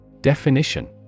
Definition